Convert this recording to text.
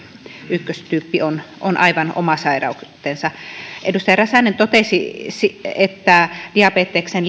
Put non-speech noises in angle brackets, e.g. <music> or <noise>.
ykköstyyppi on on aivan oma sairautensa edustaja räsänen totesi että diabeteksen <unintelligible>